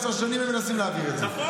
עשר שנים הם מנסים להעביר את זה.